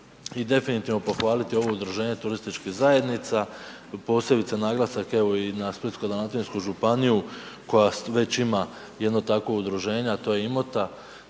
I definitivno pohvaliti ovo udruženje turističkih zajednica, posebno naglasak evo i na Splitsko-dalmatinsku županiju koja već ima jedno takvo udruženje a to je IMOT-a